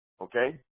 Okay